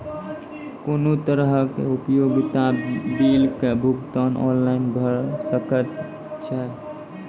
कुनू तरहक उपयोगिता बिलक भुगतान ऑनलाइन भऽ सकैत छै?